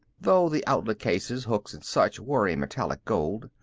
though the outlet cases, hooks and such were a metallic gold.